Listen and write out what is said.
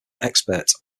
expert